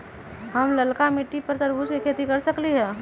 हम लालका मिट्टी पर तरबूज के खेती कर सकीले?